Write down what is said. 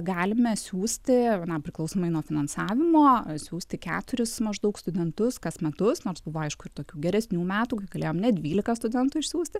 galime siųsti na priklausomai nuo finansavimo siųsti keturis maždaug studentus kas metus nors buvo aišku ir tokių geresnių metų galėjom net dvylika studentų išsiųsti